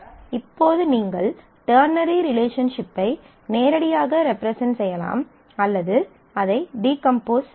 இப்போது நீங்கள் டெர்னரி ரிலேஷன்ஷிப்பை நேரடியாக ரெப்ரசன்ட் செய்யலாம் அல்லது அதை டீகம்போஸ் செய்யலாம்